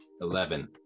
Eleven